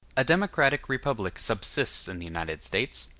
a democratic republic subsists in the united states,